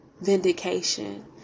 vindication